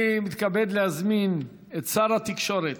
אני מתכבד להזמין את שר התקשורת.